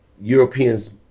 Europeans